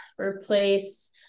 replace